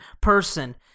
person